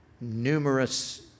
numerous